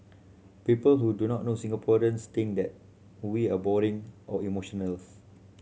people who do not know Singaporeans think that we are boring or emotionless